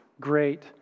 great